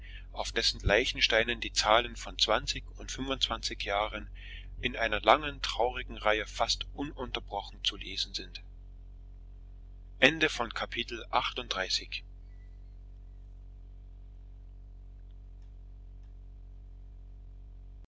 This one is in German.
auf dessen leichensteinen die zahlen von zwanzig und fünfundzwanzig jahren in einer langen traurigen reihe fast ununterbrochen zu lesen sind